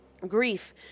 Grief